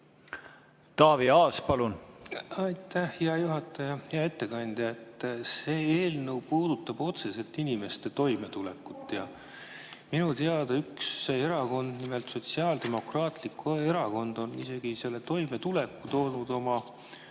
Taavi Aas, palun! Aitäh, hea juhataja! Hea ettekandja! See eelnõu puudutab otseselt inimeste toimetulekut. Minu teada üks erakond, nimelt Sotsiaaldemokraatlik Erakond, on isegi selle toimetuleku toonud oma